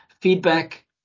feedback